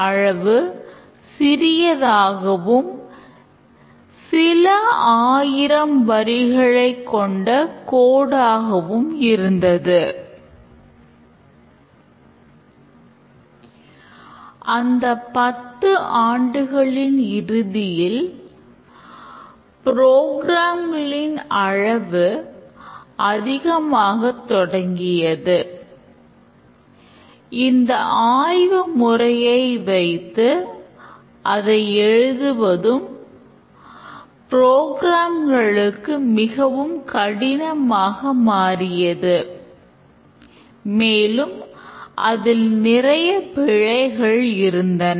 அந்தப் பத்து ஆண்டுகளின் இறுதியில் புரோகிராம்களின் மிகவும் கடினமானதாக மாறியது மேலும் அதில் நிறைய பிழைகள் இருந்தன